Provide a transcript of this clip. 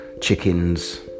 chickens